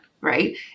Right